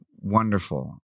wonderful